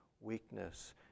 weakness